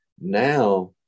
now